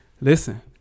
Listen